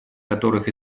которых